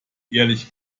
ehrlichen